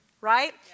right